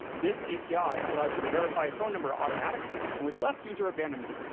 this api allows you to verify a phone number automatically, and with less user abandonment,